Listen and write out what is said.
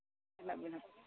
ᱛᱤᱱᱟᱹᱜ ᱵᱤᱱ